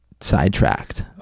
sidetracked